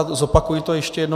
A zopakuji to ještě jednou.